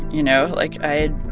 you know? like, i had